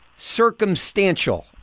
circumstantial